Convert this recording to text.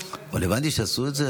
אבל הבנתי שעשו את זה,